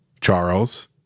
Charles